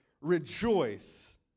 rejoice